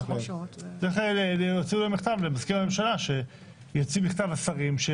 צריך להוציא מכתב למזכיר הממשלה שיוציא מכתב לשרים על מנת